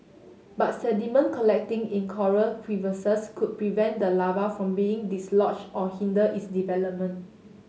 but sediment collecting in coral crevices could prevent the larva from being dislodged or hinder its development